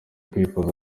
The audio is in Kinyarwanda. kwivuza